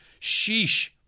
Sheesh